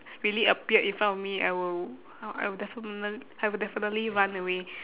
really appear in front of me I will I'll I will defini~ I will definitely run away